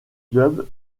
club